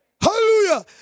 Hallelujah